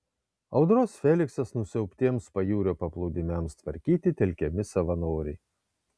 audros feliksas nusiaubtiems pajūrio paplūdimiams tvarkyti telkiami savanoriai